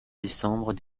décembre